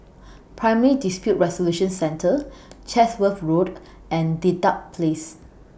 Primary Dispute Resolution Centre Chatsworth Road and Dedap Place